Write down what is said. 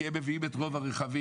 כי הם מביאים את רוב הרכבים,